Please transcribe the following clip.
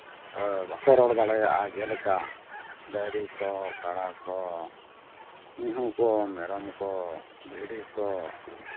ᱵᱟᱠᱚ ᱨᱚᱲ ᱫᱟᱲᱮᱭᱟᱜᱼᱟ ᱡᱮᱞᱮᱠᱟ ᱰᱟᱝᱨᱤ ᱠᱚ ᱠᱟᱰᱟ ᱠᱚ ᱢᱤᱸᱦᱩ ᱠᱚ ᱢᱮᱨᱚᱢ ᱠᱚ ᱵᱷᱤᱰᱤ ᱠᱚ